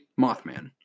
Mothman